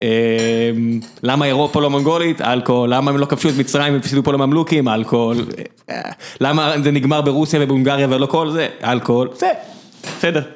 למה אירופה לא מונגולית, אלכוהול, למה הם לא כבשו את מצרים והפסידו פה לממלוכים, אלכוהול, למה זה נגמר ברוסיה ובהונגריה ולא כל זה, אלכוהול, בסדר.